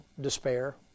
Despair